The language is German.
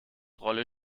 rolle